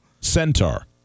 Centaur